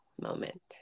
moment